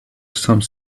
some